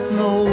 no